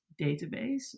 database